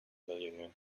millionaire